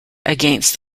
against